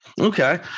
Okay